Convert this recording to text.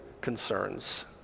concerns